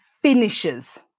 finishes